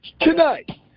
tonight